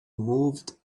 moved